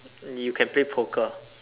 you can play poker